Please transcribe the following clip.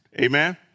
Amen